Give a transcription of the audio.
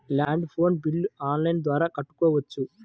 Land phone bill online ద్వారా కట్టుకోవచ్చు?